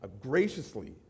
graciously